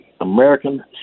American